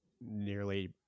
nearly